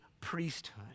priesthood